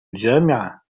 الجامعة